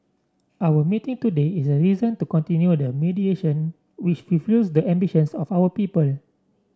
our meeting today is a reason to continue the mediation which fulfills the ambitions of our people